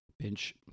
Pinch